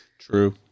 True